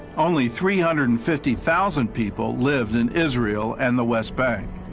only three hundred and fifty thousand people lived in israel and the west bank.